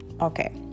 Okay